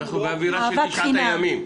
אנחנו באווירה של תשעת הימים.